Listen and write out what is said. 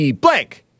blank